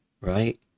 right